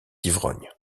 ivrogne